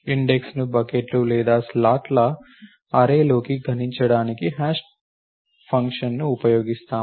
ఇండెక్స్ను బకెట్లు లేదా స్లాట్ల అర్రే లోకి గణించడానికి హ్యాష్ ఫంక్షన్ను ఉపయోగిస్తాం